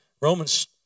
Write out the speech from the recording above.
Romans